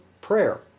prayer